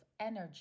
energy